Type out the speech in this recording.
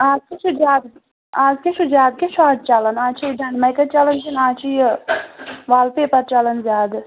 آز کیٛاہ چھُ زیادٕ آز کیٛاہ چھُ زیادٕ کیٛاہ چھُ چلان آز چھِ یہِ ڈَن میکا چَلَان چھُنہٕ آز چھِ یہِ وال پیپَر چَلان زیادٕ